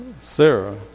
Sarah